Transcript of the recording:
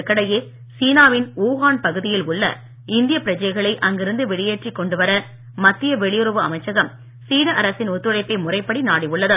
இதற்கிடையே சீனாவின் வூஹான் பகுதியில் உள்ள இந்திய பிரஜைகளை அங்கிருந்து வெளியேற்றிக் கொண்டு வர மத்திய வெளியுறவு அமைச்சகம் சீன அரசின் ஒத்துழைப்பை முறைப்படி நாடியுள்ளது